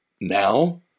Now